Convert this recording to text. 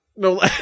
No